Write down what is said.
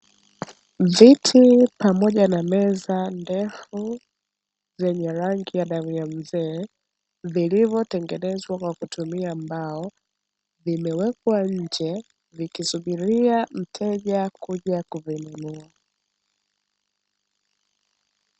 Viti pamoja na meza ndefu zenye rangi ya damu ya mzee, vilivyotengenezwa kwa kutumia mbao, vimewekwa nje vikisubiria mteja kuja kuvinunua.